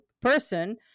person